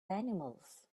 animals